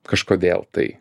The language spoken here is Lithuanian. kažkodėl tai